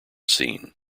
scene